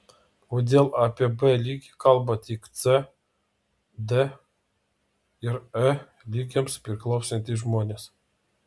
kodėl apie b lygį kalba tik c d ir e lygiams priklausantys žmonės